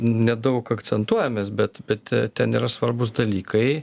nedaug akcentuojamės bet bet ten yra svarbūs dalykai